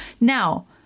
now